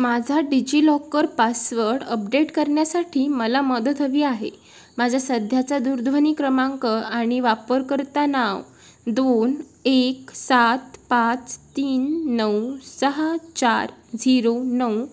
माझा DigiLocker password update करण्यासाठी मला मदत हवी आहे माझ्या सध्याचा दूरध्वनी क्रमांक आणि वापरकर्ता नाव दोन एक सात पाच तीन नऊ सहा चार झिरो नऊ